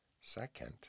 second